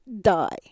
die